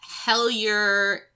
Hellier